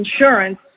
insurance